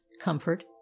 comfort